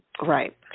Right